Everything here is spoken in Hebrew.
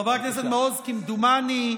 חבר הכנסת מעוז, כמדומני,